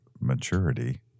maturity